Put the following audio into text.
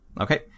Okay